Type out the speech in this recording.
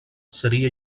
seria